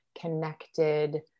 connected